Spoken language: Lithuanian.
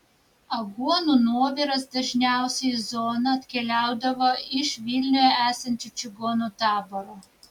aguonų nuoviras dažniausiai į zoną atkeliaudavo iš vilniuje esančio čigonų taboro